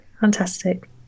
Fantastic